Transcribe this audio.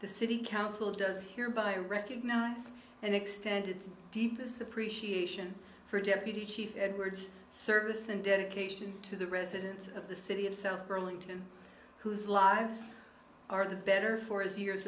the city council does hereby recognize and extend its deepest appreciation for deputy chief edwards service and dedication to the residents of the city of south burlington whose lives are the better for his years